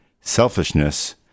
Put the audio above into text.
selfishness